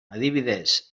adibidez